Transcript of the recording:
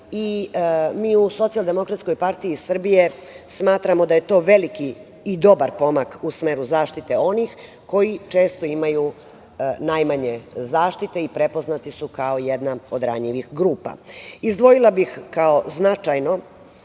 u Socijaldemokratskoj partiji Srbije smatramo da je to veliki i dobar pomak u smeru zaštite onih, koji često imaju najmanje zaštite i prepoznati su kao jedna od ranjivih grupa. Izdvojila bih kao značajno